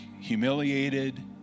humiliated